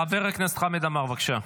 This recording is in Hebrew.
חבר הכנסת חמד עמאר, בבקשה.